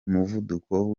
umuvuduko